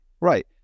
Right